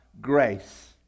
grace